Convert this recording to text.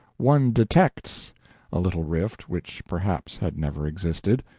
one detects a little rift which perhaps had never existed.